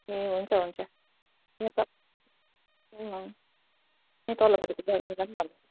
ए हुन्छ हुन्छ यहाँ तल यहाँ तल्लोपट्टिको बैनीलाई पनि भन्छु